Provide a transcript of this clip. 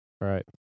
Right